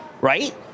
right